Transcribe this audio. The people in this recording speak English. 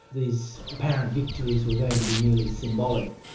these apparent victories were going to be merely symbolic.